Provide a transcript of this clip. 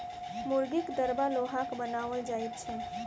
मुर्गीक दरबा लोहाक बनाओल जाइत छै